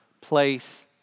place